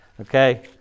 okay